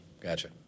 gotcha